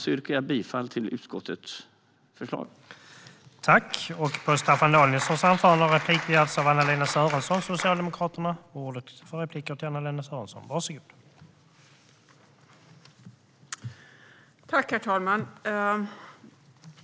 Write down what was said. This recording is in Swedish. Jag yrkar bifall till utskottets förslag.